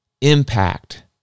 impact